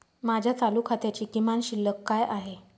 माझ्या चालू खात्याची किमान शिल्लक काय आहे?